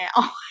now